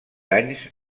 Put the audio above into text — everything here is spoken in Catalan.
anys